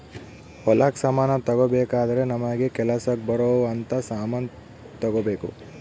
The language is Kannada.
ಹೊಲಕ್ ಸಮಾನ ತಗೊಬೆಕಾದ್ರೆ ನಮಗ ಕೆಲಸಕ್ ಬರೊವ್ ಅಂತ ಸಮಾನ್ ತೆಗೊಬೆಕು